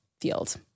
field